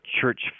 Church